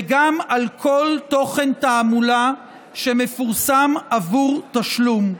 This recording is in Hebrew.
וגם על כל תוכן תעמולה שמפורסם בעבור תשלום.